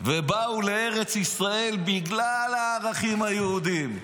ובאו לארץ ישראל בגלל הערכים היהודיים.